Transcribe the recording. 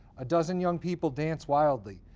a dozen young people dance wildly.